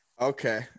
Okay